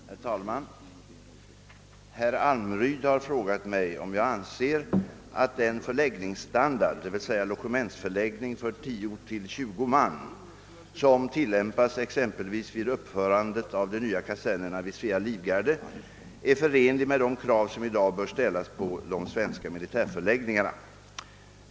Herr talman! Herr Almryd har frågat mig om jag anser att den förläggningsstandard, d.v.s. logementsförläggning för 10—20 man, som tillämpas exempelvis vid uppförandet av de nya kasernerna vid Svea livgarde, är förenlig med de krav som i dag bör ställas på de svenska militärförläggningarna.